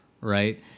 Right